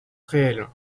réel